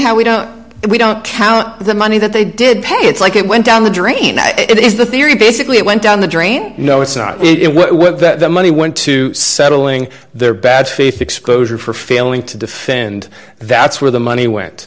how we don't we don't count the money that they did pay it's like it went down the drain it is the theory basically it went down the drain no it's not it what with the money went to settling their bad faith exposure for failing to defend that's where the money went